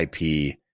IP